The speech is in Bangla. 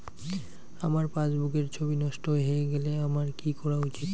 আমার পাসবুকের ছবি নষ্ট হয়ে গেলে আমার কী করা উচিৎ?